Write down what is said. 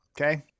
okay